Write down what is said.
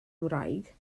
ngwraig